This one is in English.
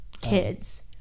kids